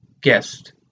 guest